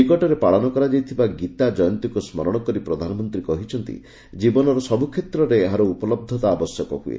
ନିକଟରେ ପାଳନ କରାଯାଇଥିବା ଗୀତା ଜୟନ୍ତୀକୁ ସ୍କରଣ କରି ପ୍ରଧାନମନ୍ତ୍ରୀ କହିଛନ୍ତି ଜୀବନର ସବୁ କ୍ଷେତ୍ରରେ ଏହାର ଉପଲହ୍ଧତା ଆବଶ୍ୟକ ହୁଏ